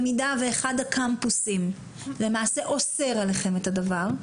במידה שאחד הקמפוסים למעשה אוסר עליהם את הדבר,